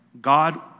God